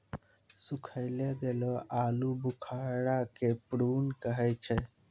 सुखैलो गेलो आलूबुखारा के प्रून कहै छै